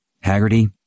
Haggerty